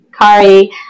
kari